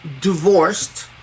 divorced